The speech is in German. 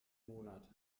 monat